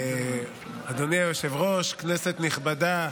אדוני היושב-ראש, כנסת נכבדה,